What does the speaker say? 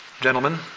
gentlemen